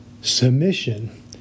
submission